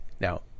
Now